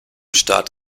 staat